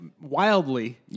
wildly